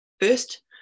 First